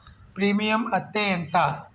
Premium అత్తే ఎంత?